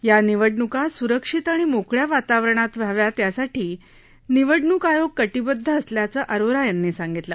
या निवडणूका सुरक्षित आणि मोकळया वातावरणात व्हाव्यात यासाठी निवडणूक आयोग कटीबद्ध असल्याचं अरोरा यांनी सांगितलं